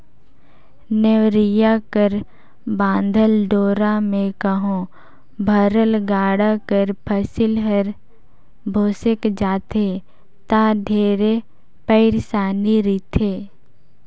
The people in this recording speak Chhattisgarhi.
नेवरिया कर बाधल डोरा मे कहो भरल गाड़ा कर फसिल हर भोसेक जाथे ता ढेरे पइरसानी रिथे